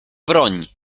broń